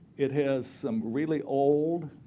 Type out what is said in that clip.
it has some really old,